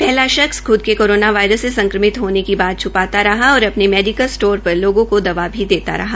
पहला शख्स ख्द के कोरोना वायरस से संक्रमित होने की बात छुपाता रहा और मेडिलक स्टारे पर लोगों को दवा भी देता रहा